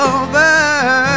over